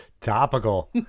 Topical